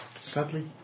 Sadly